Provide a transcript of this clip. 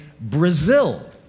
Brazil